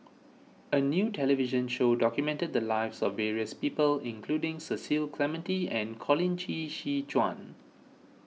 a new television show documented the lives of various people including Cecil Clementi and Colin Qi She Quan